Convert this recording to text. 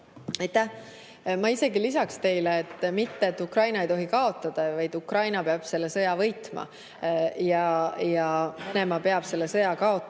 Ma isegi lisaks teile, et mitte Ukraina ei tohi kaotada, vaid Ukraina peab selle sõja võitma ja Venemaa peab sõja kaotama.